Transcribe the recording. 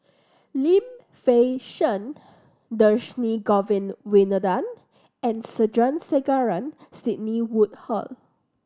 Lim Fei Shen Dhershini Govin Winodan and Sandrasegaran Sidney Woodhull